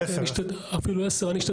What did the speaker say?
אני רוצה